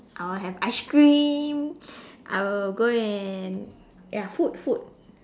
I will have ice cream I will go and ya food food